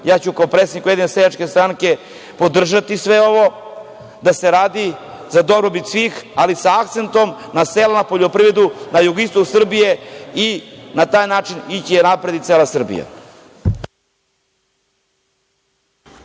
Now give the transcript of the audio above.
ja ću kao predsednik USS podržati sve ovo, da se radi za dobrobit svih, ali sa akcentom na sela, na poljoprivredu, na jugoistok Srbije i na taj način ići napred i cela Srbija.